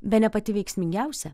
bene pati veiksmingiausia